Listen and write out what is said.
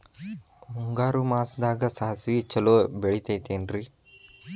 ಮುಂಗಾರು ಮಾಸದಾಗ ಸಾಸ್ವಿ ಛಲೋ ಬೆಳಿತೈತೇನ್ರಿ?